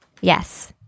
yes